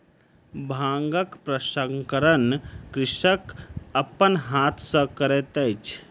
भांगक प्रसंस्करण कृषक अपन हाथ सॅ करैत अछि